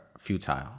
futile